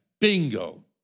bingo